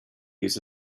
use